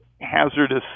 hazardous